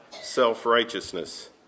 self-righteousness